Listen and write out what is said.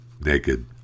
naked